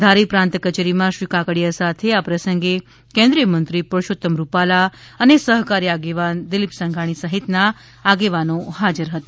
ધારી પ્રાંત કચેરીમાં શ્રી કાકડિયા સાથે આ પ્રસંગે કેન્દ્રિય મંત્રી પરસોતમ રૂપાલા અને સહકારી આગેવાન દિલિપ સંઘાણી સહિતના આગેવાનો હાજર હતા